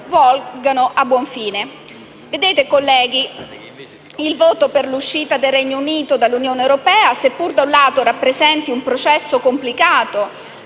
volgano a buon fine. Colleghi, il voto per l'uscita del Regno Unito dall'Unione europea, seppur da un lato rappresenta un processo complicato